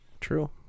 true